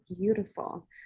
beautiful